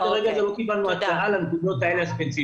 עד לרגע זה לא קיבלנו הצעה לנקודות האלה הספציפיות.